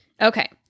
Okay